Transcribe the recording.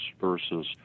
versus